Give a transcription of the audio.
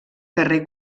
carrer